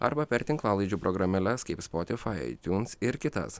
arba per tinklalaidžių programėles kaip spotifai aitiuns ir kitas